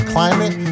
Climate